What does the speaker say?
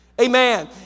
Amen